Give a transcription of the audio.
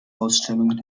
ausstellungen